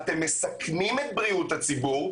אתם מסכנים את בריאות הציבור,